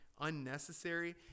unnecessary